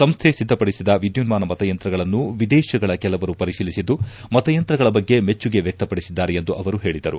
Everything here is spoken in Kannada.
ಸಂಸ್ಥೆ ಸಿದ್ಧಪಡಿಸಿದ ವಿದ್ಯುನ್ಮಾನ ಮತಯಂತ್ರಗಳನ್ನು ವಿದೇಶಗಳ ಕೆಲವರು ಪರಿಶೀಲಿಸಿದ್ದು ಮತಯಂತ್ರಗಳ ಬಗ್ಗೆ ಮೆಚ್ಚುಗೆ ವ್ವಕ್ತಪಡಿಸಿದ್ದಾರೆ ಎಂದು ಅವರು ಹೇಳಿದರು